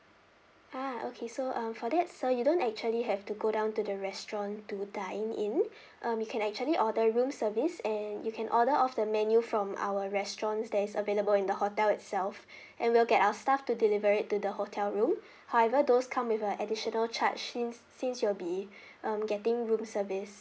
ah okay so um for that sir you don't actually have to go down to the restaurant to dine in um you can actually order room service and you can order off the menu from our restaurants that is available in the hotel itself and we'll get our stuff to deliver it to the hotel room however those come with the additional charge since since you'll be um getting room service